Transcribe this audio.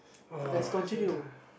let's continue